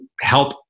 help